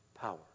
power